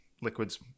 liquids